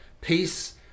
peace